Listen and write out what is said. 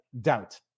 doubt